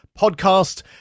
podcast